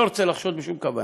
אני לא רוצה לחשוד בשום כוונה.